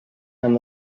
and